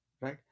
Right